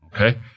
okay